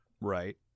Right